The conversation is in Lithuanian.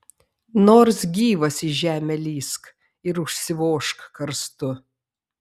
nors gyvas į žemę lįsk ir užsivožk karstu